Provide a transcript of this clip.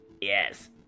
Yes